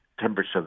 temperature